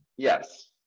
Yes